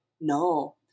No